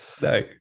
No